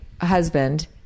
husband